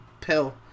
pill